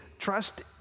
trust